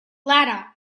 ladder